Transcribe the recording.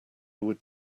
would